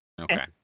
Okay